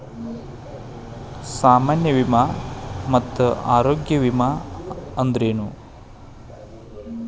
ಸಾಮಾನ್ಯ ವಿಮಾ ಮತ್ತ ಆರೋಗ್ಯ ವಿಮಾ ಅಂದ್ರೇನು?